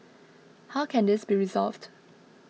how can this be resolved